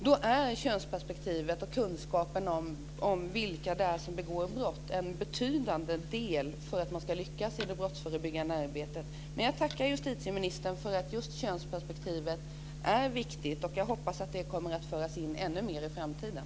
Då är könsperspektivet och kunskapen om vilka det är som begår brott en betydande del för att man ska lyckas i det brottsförebyggande arbetet. Men jag tackar justitieministern för att han anser att just könsperspektivet är viktigt. Och jag hoppas att det kommer att föras in ännu mer i framtiden.